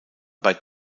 bei